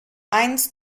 eins